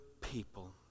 people